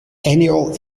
annual